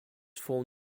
form